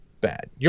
bad